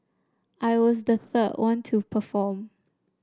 I was the third one to perform